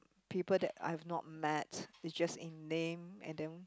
people that I've not met is just in name and then